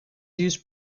used